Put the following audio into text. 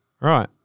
Right